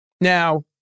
Now